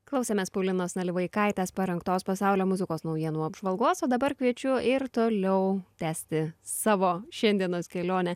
klausėmės paulinos nalivaikaitės parengtos pasaulio muzikos naujienų apžvalgos o dabar kviečiu ir toliau tęsti savo šiandienos kelionę